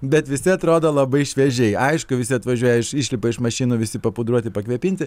bet visi atrodo labai šviežiai aišku visi atvažiuoja išlipa iš mašinų visi papudruoti pakvėpinti